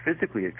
physically